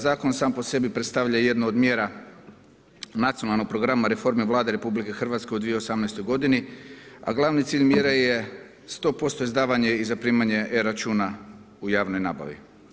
Zakon sam po sebi predstavlja jednu od mjera Nacionalnog programa reforme Vlade RH u 2018. godini, a glavni cilj mjere je 100% izdavanje i zaprimanje e-Računa u javnoj nabavi.